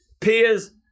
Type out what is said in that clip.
peers